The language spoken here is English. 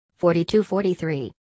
42-43